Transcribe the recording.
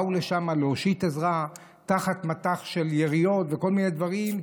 שבאו לשם על מנת להושיט עזרה תחת מטח יריות וכל מיני דברים,